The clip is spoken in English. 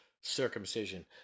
circumcision